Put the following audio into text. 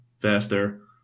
faster